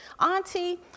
Auntie